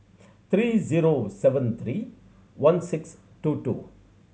three zero seven three one six two two